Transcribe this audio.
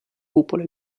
cupola